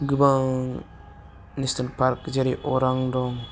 गोबां national park जेरै अरां दं